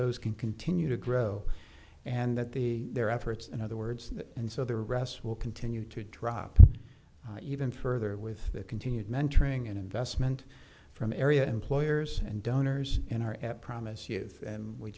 those can continue to grow and that the their efforts in other words and so the rest will continue to drop even further with the continued mentoring and investment from area employers and donors in our at promise you and we